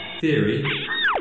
Theory